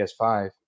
PS5